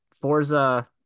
Forza